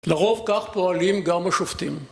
לרוב כך פועלים גם השופטים.